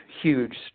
huge